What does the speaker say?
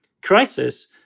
crisis